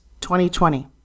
2020